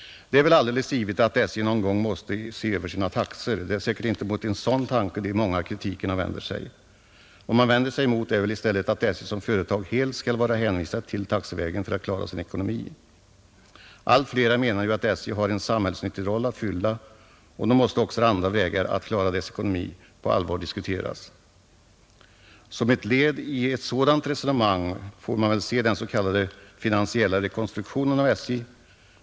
Det är väl alldeles givet att SJ någon gång måste se över sina taxor. Det är säkert inte mot en sådan tanke de många kritikerna vänder sig. Vad man vänder sig emot är väl i stället att SJ som företag helt skall vara hänvisat till taxevägen för att klara sin ekonomi. Allt flera menar att SJ har en samhällsnyttig uppgift att fylla, och då måste också andra vägar att klara företagets ekonomi på allvar diskuteras. Som ett led i ett sådant resonemang kan man väl se den s.k. finansiella rekonstruktionen av SJ.